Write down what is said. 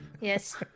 yes